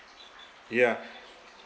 ya